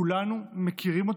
כולנו מכירים אותם,